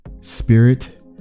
spirit